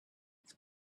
it’s